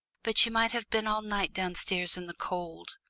but you might have been all night downstairs in the cold!